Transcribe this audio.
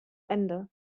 ende